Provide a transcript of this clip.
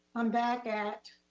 i'm back at